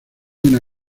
una